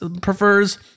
prefers